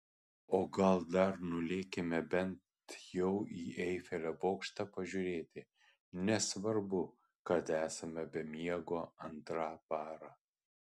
o gal dar nulėkime bent jau į eifelio bokštą pažiūrėti nesvarbu kad esame be miego antrą parą